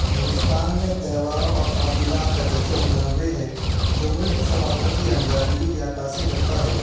ہندوستان میں تہواروں اور تعطیلات کا کلچر متنوع ہے جو ملک کی ثقافتی رنگا رنگی کی عکاسی کرتا ہے